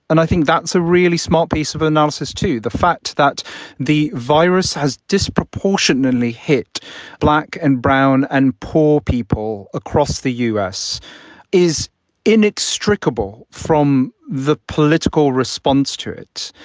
and i think that's a really smart piece of analysis to the fact that the virus has disproportionately hit black and brown and poor people across the us is inextricable from the political response to it.